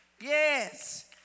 Yes